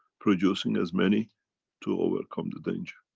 producing as many to overcome the danger.